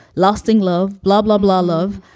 lasting love, blah, blah, blah, love.